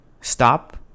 Stop